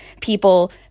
people